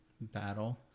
battle